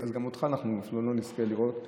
אז גם אותך אפילו לא נזכה לראות,